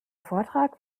vortrag